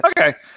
Okay